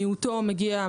מיעוטו מגיע,